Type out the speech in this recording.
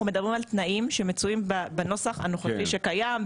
מדברים על תנאים שמצויים בנוסח הנוכחי שקיים,